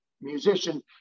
musician